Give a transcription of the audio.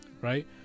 right